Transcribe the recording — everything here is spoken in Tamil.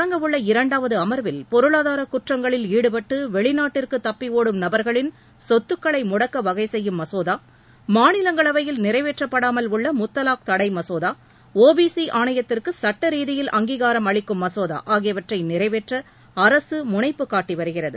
தொடங்க உள்ள இரண்டாவது அமர்வில் பொருளாதார குற்றங்களில் ஈடுபட்டு இன்று வெளிநாட்டிற்கு தப்பியோடும் நபர்களின் சொத்துக்களை முடக்க வகைசெய்யும் மசோகா மாநிலங்களவையில் நிறைவேற்றப்படாமல் உள்ள முத்தலாக் தடை மசோதா ஒ பி சி ஆணையத்திற்கு சட்டரீதியில் அங்கீகாரம் அளிக்கும் மசோதா ஆகியவற்றை நிறைவேற்ற அரசு முனைப்பு காட்டி வருகிறது